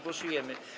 Głosujemy.